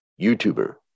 YouTuber